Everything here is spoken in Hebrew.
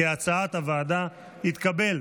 כהצעת הוועדה, התקבל.